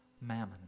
mammon